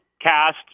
cast